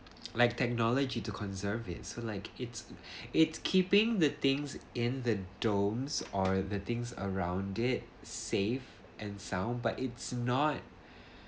like technology to conserve it like it's it's keeping the things in the domes or the things around it safe and sound but it's not